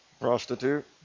Prostitute